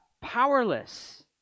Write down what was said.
powerless